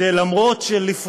שגם אם לפרקים